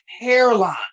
hairline